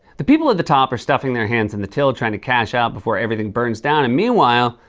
the people at the top are stuffing their hands in the till, trying to cash out before everything burns down. and meanwhile,